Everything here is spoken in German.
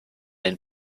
den